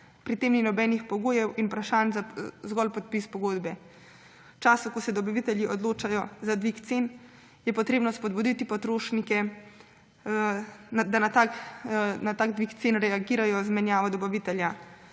Pri tem ni nobenih pogojev in vprašanj, zgolj podpis pogodbe. V času, ko se dobavitelji odločajo za dvig cen, je treba spodbuditi potrošnike, da na tak dvig cen reagirajo z menjavo dobavitelja.